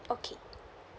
okay